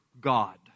God